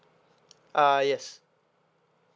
ah yes